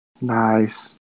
Nice